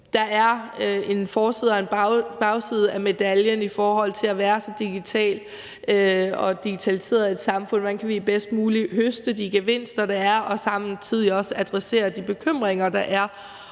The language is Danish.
der er en forside og en bagside af medaljen ved at være så digitale og så digitaliseret et samfund. Hvordan kan vi bedst muligt høste de gevinster, der er, og samtidig også adressere de bekymringer, der er?